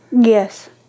Yes